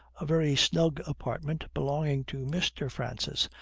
a very snug apartment belonging to mr. francis,